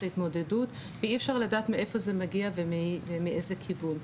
זה התמודדות ואי אפשר לדעת מאיפה זה מגיע ומאיזה כיוון.